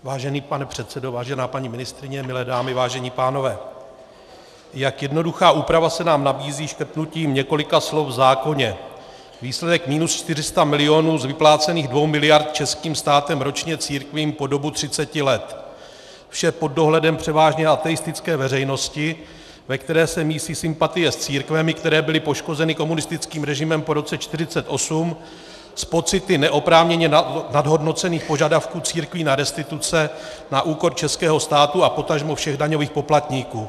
Vážený pane předsedo, vážená paní ministryně, milé dámy, vážení pánové, jak jednoduchá úprava se nám nabízí škrtnutím několika slov v zákoně, výsledek minus 400 milionů z vyplácených 2 miliard českým státem ročně církvím po dobu 30 let, vše pod dohledem převážně ateistické veřejnosti, ve které se mísí sympatie s církvemi, které byly poškozeny komunistickým režimem po roce 1948, s pocity neoprávněně nadhodnocených požadavků církví na restituce na úkor českého státu a potažmo všech daňových poplatníků.